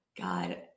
God